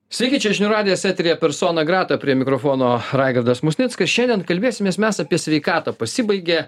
sveiki čia žinių radijas eteryje persona grata prie mikrofono raigardas musnickas šiandien kalbėsimės mes apie sveikatą pasibaigė